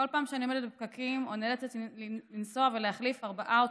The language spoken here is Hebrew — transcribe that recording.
כל פעם שאני עומדת בפקקים או נאלצת לנסוע ולהחליף ארבעה אוטובוסים,